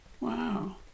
Wow